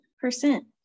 percent